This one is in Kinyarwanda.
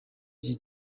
iki